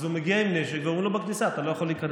אז הוא מגיע עם נשק ואומרים לו בכניסה: אתה לא יכול להיכנס.